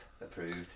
approved